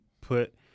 put